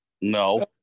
No